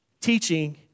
teaching